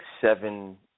Seven